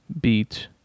beat